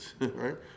right